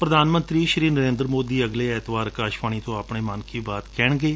ਪੁਧਾਨ ਮੰਤਰੀ ਸ੍ਰੀ ਨਰੇਂਦਰ ਮੋਦੀ ਅਗਲੇ ਐਤਵਾਰ ਅਕਾਸ਼ਵਾਣੀ ਤੋਂ ਆਪਣੇ ਮਨ ਕੀ ਬਾਤ ਕਹਿਣਗੇ